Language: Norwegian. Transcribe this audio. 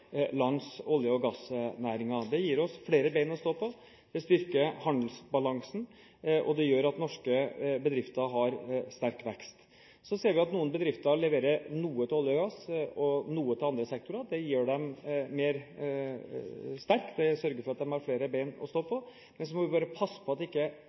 lands olje- og gassnæringer. Det gir oss flere bein å stå på, det styrker handelsbalansen, og det gjør at norske bedrifter har sterk vekst. Vi ser at noen bedrifter leverer noe til olje- og gassektoren og noe til andre sektorer. Det gjør dem sterkere, det sørger for at de har flere bein å stå på, men vi må passe på at ikke